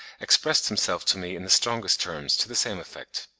expressed himself to me in the strongest terms to the same effect.